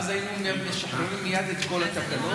ואז היינו משחררים מייד את כל התקנות.